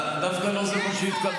לא, דווקא לא זה מה שהתכוונתי.